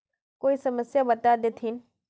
कोई समस्या बता देतहिन?